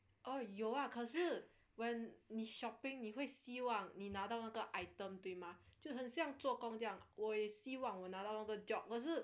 oh 有啊可是 when 你 shopping 你会希望你拿到那个 item 对吗就很像做工这样我也希望我拿到那个 job 可是